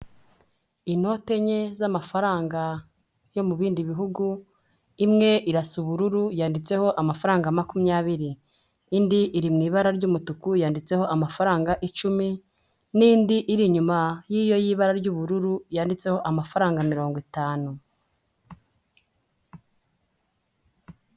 Inote enye z'amafaranga yo mu bindi bihugu, imwe irasa ubururu yanditseho amafaranga makumyabiri, indi iri mu ibara ry'umutuku yanditseho amafaranga icumi n'indi iri inyuma y'iyo y'ibara ry'ubururu yanditseho amafaranga mirongo itanu.